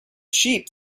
sheep